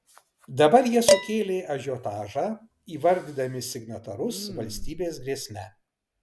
dabar jie sukėlė ažiotažą įvardydami signatarus valstybės grėsme